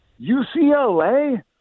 UCLA